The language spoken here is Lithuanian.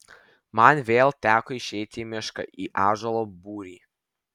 man vėl teko išeiti į mišką į ąžuolo būrį